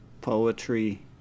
poetry